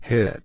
Hit